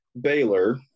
Baylor